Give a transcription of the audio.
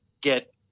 Get